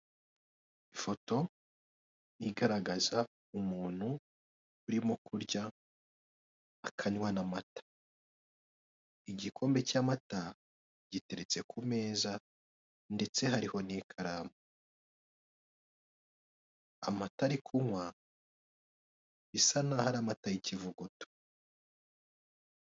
Ifoto igaragaza umuntu urimo kurya akanywa na mata igikompe cya amata giteretse ku meza ndetse hariho n'ikaramu amata ari kunywa asa naho ari amata y'ivuguto.